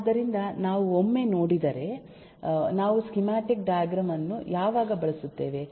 ಆದ್ದರಿಂದ ನಾವು ಒಮ್ಮೆ ನೋಡಿದರೆ ನಾವು ಸ್ಕೀಮ್ಯಾಟಿಕ್ ಡೈಗ್ರಾಮ್ ವನ್ನು ಯಾವಾಗ ಬಳಸುತ್ತೇವೆ